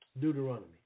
Deuteronomy